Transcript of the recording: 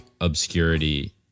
obscurity